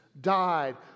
died